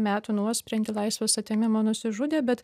metų nuosprendį laisvės atėmimo nusižudė bet